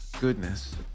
goodness